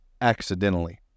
accidentally